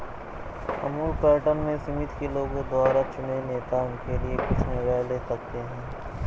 Amul pattern में समिति के लोगों द्वारा चुने नेता उनके लिए कुछ निर्णय ले सकते हैं